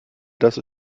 dass